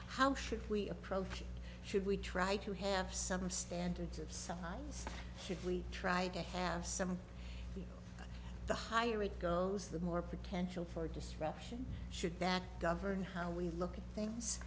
how should we approach should we try to have some standards of signs should we try to have some of the higher it goes the more potential for destruction should that govern how we look at things